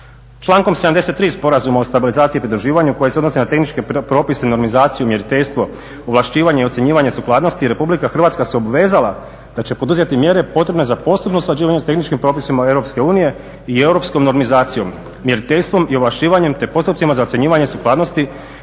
Člankom 73. Sporazuma o stabilizaciji i pridruživanju koji se odnosi na tehničke propise, normizaciju, mjeriteljstvo, ovlašćivanje i ocjenjivanje sukladnosti, Republika Hrvatska se obvezala da će poduzeti mjere potrebne za postupno usklađivanje s tehničkim propisima Europske unije i europskom normizacijom, mjeriteljstvom i ovlašćivanjem te postupcima za ocjenjivanje sukladnosti